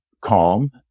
calm